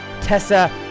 Tessa